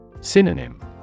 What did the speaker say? Synonym